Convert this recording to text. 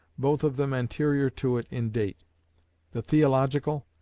both of them anterior to it in date the theological,